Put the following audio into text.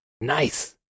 nice